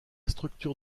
structure